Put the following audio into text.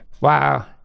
Wow